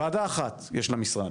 וועדה אחת יש למשרד,